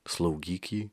slaugyk jį